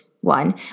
one